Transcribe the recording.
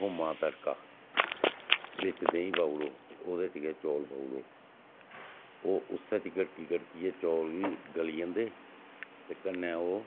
थोमा दा तड़का बिच्च देहीं पाउड़ो ते ओह्दे च गै चौल पाउड़ो ओह् उस्सै च गड़की गड़कियै चौल बी गली जंदे ते कन्नै ओह्